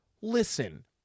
listen